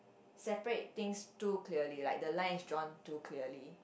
separate things too clearly like the line is drawn too clearly